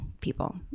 people